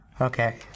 Okay